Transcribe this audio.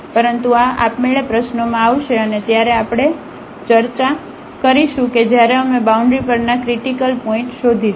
પરંતુ આ આપમેળે પ્રશ્નોમાં આવશે અને ત્યારે આપણે ચર્ચા કરીશું કે જ્યારે અમે બાઉન્ડ્રી પરના ક્રિટીકલ પોઇન્ટ શોધીશું